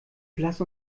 blass